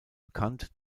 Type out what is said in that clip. bekannt